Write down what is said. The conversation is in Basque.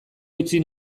utzi